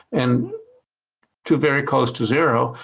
and to very close to zero,